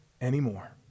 anymore